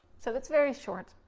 so it's very short.